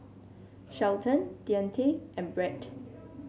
Shelton Deante and Brett